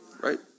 right